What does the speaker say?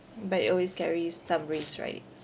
but it always carry some risks right